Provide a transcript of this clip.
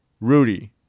Rudy